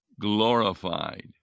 glorified